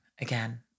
again